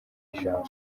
ijambo